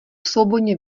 svobodně